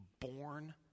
born